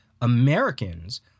Americans